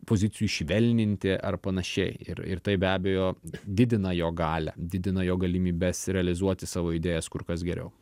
pozicijų švelninti ar panašiai ir ir tai be abejo didina jo galią didina jo galimybes ir realizuoti savo idėjas kur kas geriau